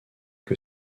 que